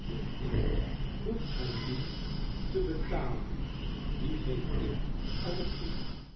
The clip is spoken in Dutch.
den inkt hoeft gij niet te betalen dien geef ik er op toe